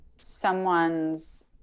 someone's